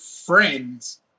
friends